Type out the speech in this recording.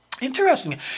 Interesting